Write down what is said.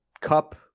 cup